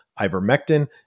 ivermectin